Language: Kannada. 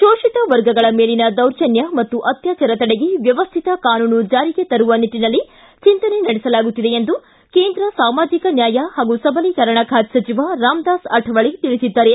ಶೋಷತ ವರ್ಗಗಳ ಮೇಲಿನ ದೌರ್ಜನ್ಯ ಅತ್ಕಾಚಾರ ತಡೆಗೆ ವ್ಯವಸ್ಥಿತ ಕಾನೂನು ಜಾರಿಗೆ ತರುವ ನಿಟ್ಟನಲ್ಲಿ ಚಿಂತನೆ ನಡೆಸಲಾಗುತ್ತಿದೆ ಎಂದು ಕೇಂದ್ರ ಸಾಮಾಜಿಕ ನ್ಯಾಯ ಹಾಗೂ ಸಬಲೀಕರಣ ಖಾತೆ ಸಚಿವ ರಾಮದಾಸ್ ಆಕವಳೆ ತಿಳಿಸಿದ್ದಾರೆ